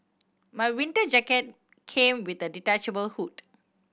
my winter jacket came with a detachable hood